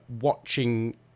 watching